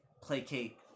placate